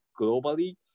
globally